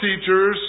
teachers